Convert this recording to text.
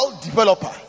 developer